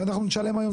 שאנחנו נשלם היום?